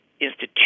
Institution